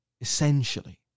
essentially